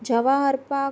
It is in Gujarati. જવાહર પાર્ક